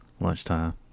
lunchtime